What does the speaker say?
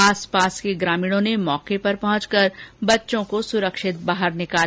आसपास के ग्रामीणों ने मौके पर पहुंच कर बच्चों को सुरक्षित बाहर निकाला